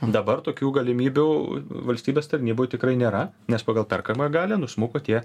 dabar tokių galimybių valstybės tarnyboj tikrai nėra nes pagal perkamąją galią nusmuko tie